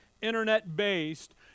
internet-based